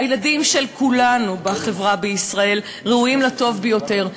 הילדים של כולנו בחברה בישראל ראויים לטוב ביותר.